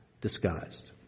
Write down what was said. disguised